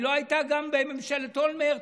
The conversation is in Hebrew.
היא לא הייתה בממשלת אולמרט,